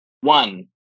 one